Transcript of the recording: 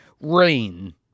rain